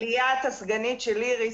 ליאת הסגנית של איריס.